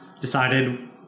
decided